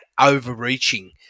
overreaching